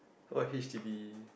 what h_d_b